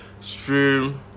stream